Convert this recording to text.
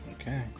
Okay